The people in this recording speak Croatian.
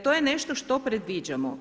To je nešto što predviđamo.